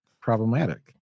problematic